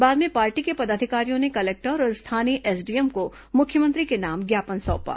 बाद में पार्टी के पदाधिकारियों ने कलेक्टर और स्थानीय एसडीएम को मुख्यमंत्री के नाम ज्ञापन सौंपा